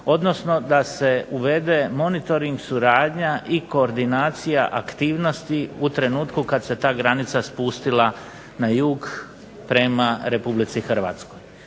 odnosno da se uvede monitoring suradnja i koordinacija aktivnosti u trenutku kad se ta granica spustila na jug prema Republici Hrvatskoj.